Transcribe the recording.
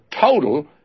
total